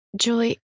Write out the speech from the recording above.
Julie